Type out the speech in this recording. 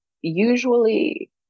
usually